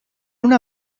una